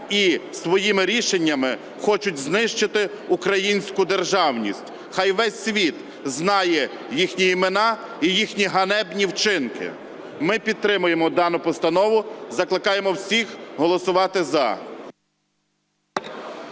і своїми рішеннями хочуть знищити українську державність. Хай весь світ знає їхні імена і їхні ганебні вчинки. Ми підтримуємо дану постанову. Закликаємо всіх голосувати "За".